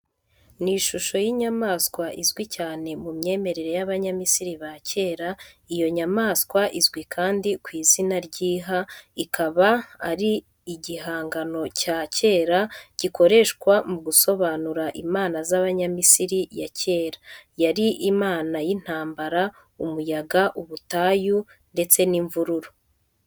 Ni ishusho y'inyamaswa izwi cyane mu myemerere y’abanyamisiri ba kera iyo nyamaswa izwi kandi ku izina ry'iha ikaba ari igihangano cya kera gikoreshwa mu gusobanura imana z'abanyamisiri ya kera. Yari imana y’intambara, umuyaga, ubutayu, ndetse n’imvururu.